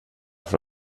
för